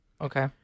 Okay